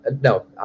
No